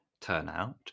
turnout